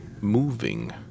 moving